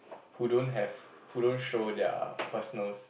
who don't have who don't show their personals